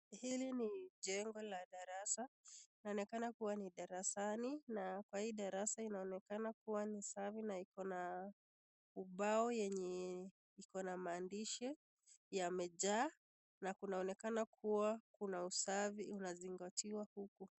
Hili ni jengo la darasa. linaonekana kuwa ni darasani na kwa hii darasa inaonekana kuwa ni safi na ikona ubao yenye ikona maandishi yamejaa na kunaonekana kuwa na usafi unazingatiwa huku